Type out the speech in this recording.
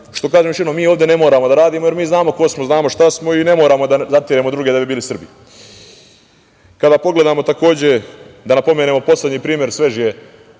kažem još jednom, mi ovde ne moramo da radimo. Mi znamo ko smo, znamo šta smo i ne moramo da zatiremo druge da bi bili Srbi. Kada pogledamo, da napomenemo poslednji primer, svež je,